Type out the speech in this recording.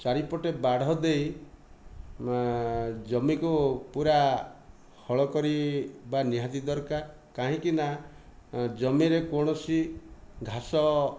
ଚାରିପଟେ ବାଢ଼ ଦେଇ ଜମିକୁ ପୁରା ହଳ କରିବା ନିହାତି ଦରକାର କାହିଁକିନା ଜମିରେ କୌଣସି ଘାସ